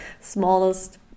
smallest